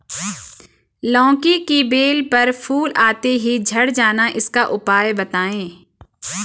लौकी की बेल पर फूल आते ही झड़ जाना इसका उपाय बताएं?